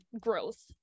growth